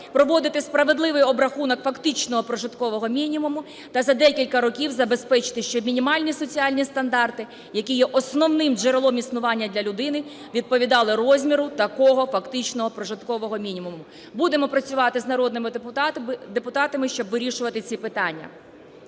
проводити справедливий обрахунок фактичного прожиткового мінімуму та за декілька років забезпечити, щоб мінімальні соціальні стандарти, які є основним джерелом існування для людини, відповідали розміру такого фактичного прожиткового мінімуму. Будемо працювати з народними депутатами, щоб вирішувати ці питання.